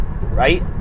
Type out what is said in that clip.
right